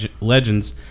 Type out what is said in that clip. legends